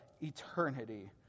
eternity